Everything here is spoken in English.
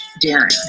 daring